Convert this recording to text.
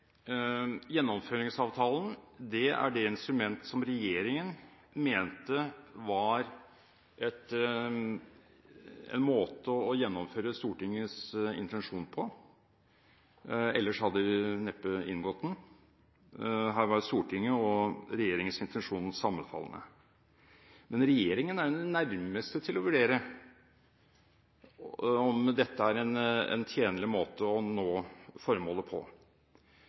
Gjennomføringsavtalen er det instrumentet som regjeringen mente var en måte å gjennomføre Stortingets intensjon på, ellers hadde den neppe inngått avtalen. Her var Stortingets og regjeringens intensjon sammenfallende. Regjeringen er den nærmeste til å vurdere om dette er en tjenlig måte å nå formålet på.